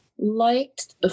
liked